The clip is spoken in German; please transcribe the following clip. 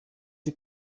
die